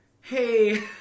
hey